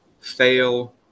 fail